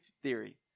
theory